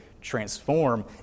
transform